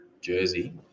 jersey